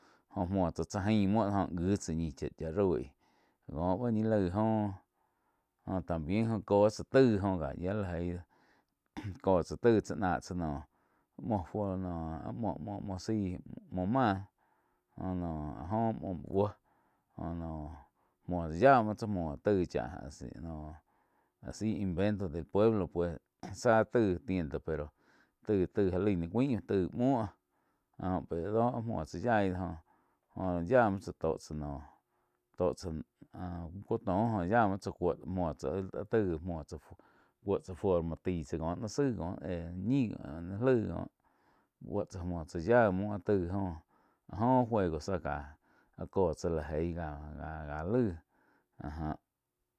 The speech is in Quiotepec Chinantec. Jóh múo tsá chá jaim mouh do joh jíh tsáh ñi cha rói, có bá ñi laih óh. También dó tsá taíg joh ká yíah la eíg có tsá taiag chá náh tsá noh muó áh muo-muo zái muó máh jóh noh áh joh muó búo jóh nóh múo tsá yá múo tsá muo taig cháh nóh áh si invento del pueblo pues záh taig tienda pero taig-taig já laig ni cúain muó jóh pé áh doh áh muo tsáh yaíh joh. Yáh múo tsá tó tsá noh tó tsá ku tó óh yá muo tsá cuó múo tsá áh taig muo tsáh cúo tsá forma taí tsáh cóh no zaí cóh éh ñih cóh ñi laig cóh búoh tsá muo tsá yá muo taig óh áh jo juego záh káh áh có tsá lá eig gá-gá laíg áh já.